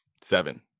Seven